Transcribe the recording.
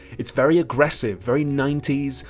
it's very aggressive, very ninety s,